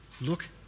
look